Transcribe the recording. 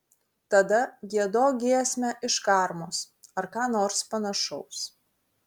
tada giedok giesmę iš karmos ar ką nors panašaus